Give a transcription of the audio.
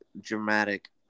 Dramatic